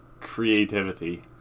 creativity